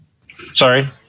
Sorry